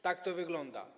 Tak to wygląda.